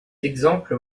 exemple